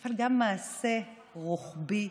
אבל גם מעשה רוחבי